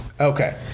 okay